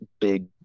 big